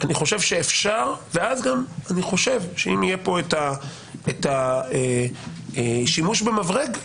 אני חושב שאפשר ואז גם אני חושב שאם יהיה פה את השימוש במברג,